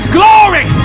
glory